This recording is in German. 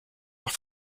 nach